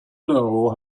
know